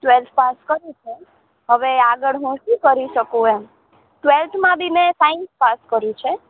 twelfth pass કર્યું છે હવે આગળ હું શું કરી શકું એમ ટ્વેલ્થમાં બી મેં સાયન્સ પાસ કર્યું છે